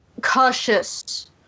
cautious